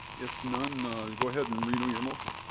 if none none dpoe ahead and renew your motion.